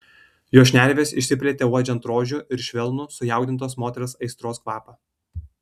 jo šnervės išsiplėtė uodžiant rožių ir švelnų sujaudintos moters aistros kvapą